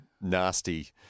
nasty